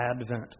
advent